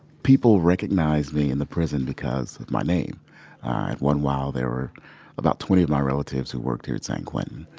people recognize me in the prison because of my name. at one while, there were about twenty of my relatives who worked here at san quentin.